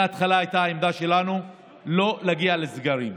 מההתחלה העמדה שלנו הייתה לא להגיע לסגרים,